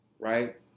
Right